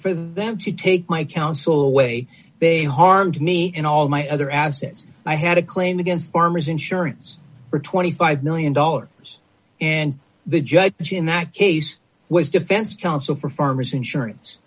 for them to take my counsel away they harmed me in all my other assets i had a claim against farmers insurance for twenty five million dollars and the judge in that case was defense counsel for farmers insurance